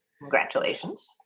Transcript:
Congratulations